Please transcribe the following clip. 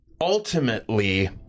ultimately